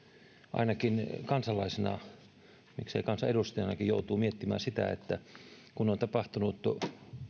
ainakin kansalaisena miksei kansanedustajanakin joutuu miettimään sitä että kun on tapahtunut